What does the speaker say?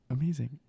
amazing